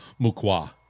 mukwa